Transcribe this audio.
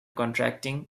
contracting